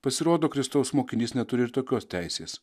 pasirodo kristaus mokinys neturi ir tokios teisės